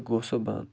تہٕ گوٚو سُہ بنٛد